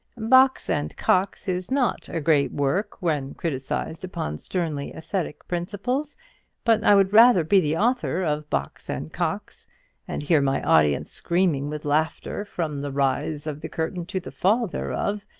box and cox is not a great work when criticised upon sternly aesthetic principles but i would rather be the author of box and cox and hear my audience screaming with laughter from the rise of the curtain to the fall thereof,